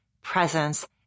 presence